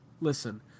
listen